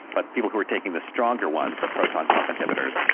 but people who were taking the stronger ones, the proton pump inhibitors,